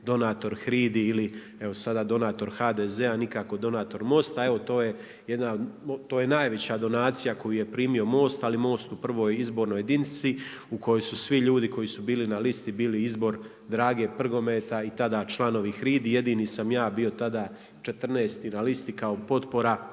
donator HRID-i ili evo sada donator HDZ-a, nikako donator MOST-a. Evo to je najveća donacija koju je primio MOST, ali MOST u prvoj izbornoj jedinici u kojoj su svi ljudi koji su bili na listi bili izbor Drage Prgometa i tada članovi HRID-i. Jedini sam ja bio tada četrnaesti na listi kao potpora,